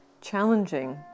challenging